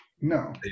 No